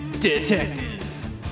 detective